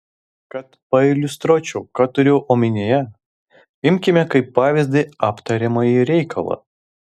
kad pailiustruočiau ką turiu omenyje imkime kaip pavyzdį aptariamąjį reikalą